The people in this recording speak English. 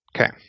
Okay